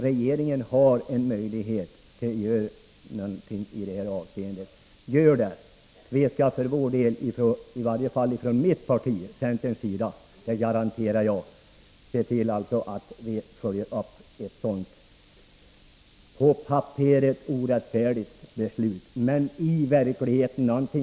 Regeringen har en möjlighet att göra någonting i detta avseende. Gör det! Vi skall i varje fall från centerns sida — det garanterar jag — se till att vi följer upp vad som händer med anledning av ett sådant orättfärdigt beslut.